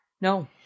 No